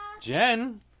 Jen